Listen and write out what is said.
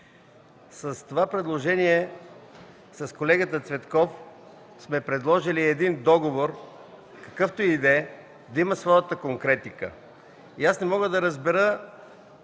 с това предложение с колегата Цветков сме предложили договор, какъвто и да е, да има своята конкретика. Не мога да разбера,